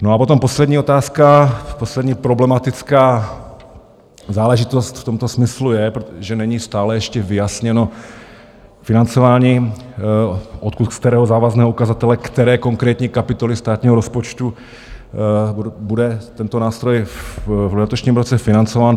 A potom poslední otázka, poslední problematická záležitost v tomto smyslu je, že není stále ještě vyjasněno financování, odkud, z kterého závazného ukazatele, které konkrétní kapitoly státního rozpočtu bude tento nástroj v letošním roce financován.